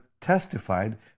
testified